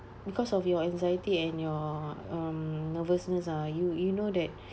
because of your anxiety and your um nervousness ah you you know that